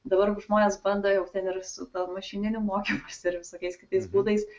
dabar žmonės bando jau ten ir su tuo mašininiu mokymosi ir visokiais kitais būdais